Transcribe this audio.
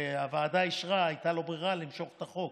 והוועדה אישרה, הייתה לו ברירה למשוך את החוק,